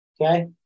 Okay